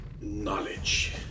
knowledge